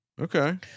Okay